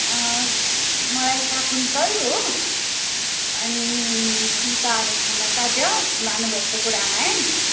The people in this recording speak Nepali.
मलाई शाकुन्तल हो अनि सिताहरण खण्डकाव्य भानुभक्तको रामायण